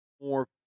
more